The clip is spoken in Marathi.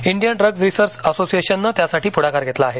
इंडियन ड्रग्ज रिसर्च असोसिएशनने त्यासाठी पुढाकार घेतला आहे